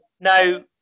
Now